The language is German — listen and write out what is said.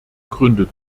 gründe